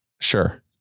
Sure